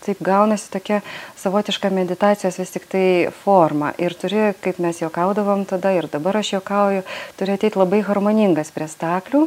taip gaunasi tokia savotiška meditacijos vis tiktai forma ir turi kaip mes juokaudavom tada ir dabar aš juokauju turi ateit labai harmoningas prie staklių